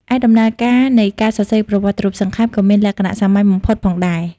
ឯដំណើរការនៃការសរសេរប្រវត្តិរូបសង្ខេប ក៏មានលក្ខណៈសាមញ្ញបំផុតផងដែរ។